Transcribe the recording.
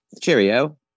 cheerio